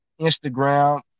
Instagram